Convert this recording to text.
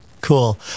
cool